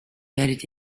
werdet